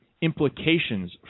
implications